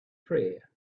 prayer